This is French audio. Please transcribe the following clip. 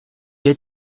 est